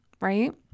right